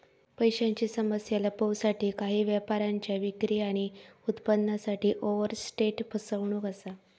पैशांची समस्या लपवूसाठी काही व्यापाऱ्यांच्या विक्री आणि उत्पन्नासाठी ओवरस्टेट फसवणूक असा